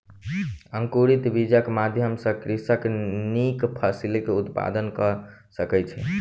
अंकुरित बीजक माध्यम सॅ कृषक नीक फसिलक उत्पादन कय सकै छै